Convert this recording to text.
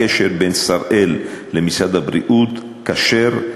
הקשר בין "שראל" למשרד הבריאות כשר,